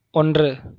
ஒன்று